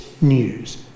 news